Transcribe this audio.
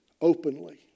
Openly